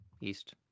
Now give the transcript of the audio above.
east